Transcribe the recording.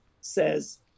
says